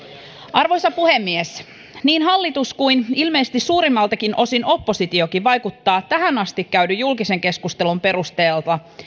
arvoisa puhemies niin hallitus kuin ilmeisesti suurimmalta osin oppositiokin vaikuttaa tähän asti käydyn julkisen keskustelun perusteella